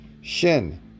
Shin